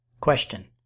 Question